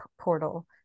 portal